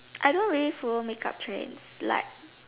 I don't really follow make up trends like